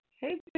Hey